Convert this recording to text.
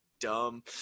Dumb